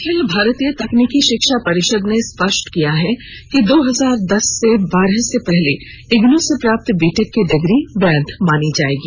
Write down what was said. अखिल भारतीय तकनीकी शिक्षा परिषद ने स्पष्ट किया है कि दो हजार दस से बारह से पहले इग्नू से प्राप्त बीटेक की डिग्री वैध मानी जाएगी